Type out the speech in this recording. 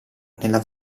nella